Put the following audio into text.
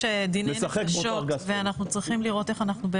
דיני נפשות ואנחנו צריכים לראות איך,